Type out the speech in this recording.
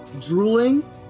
drooling